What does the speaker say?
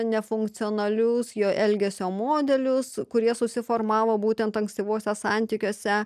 nefunkcionalius jo elgesio modelius kurie susiformavo būtent ankstyvuose santykiuose